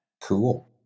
cool